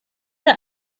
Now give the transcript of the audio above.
der